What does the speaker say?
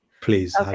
please